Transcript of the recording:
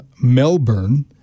Melbourne